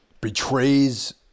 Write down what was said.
betrays